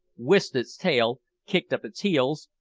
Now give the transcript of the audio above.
whisked its tail, kicked up its heels,